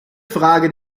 frage